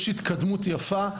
יש התקדמות יפה,